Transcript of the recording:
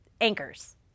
anchors